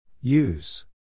Use